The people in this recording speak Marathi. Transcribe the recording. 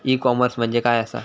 ई कॉमर्स म्हणजे काय असा?